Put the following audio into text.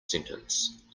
sentence